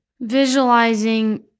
Visualizing